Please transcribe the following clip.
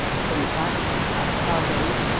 kumquats, avocados,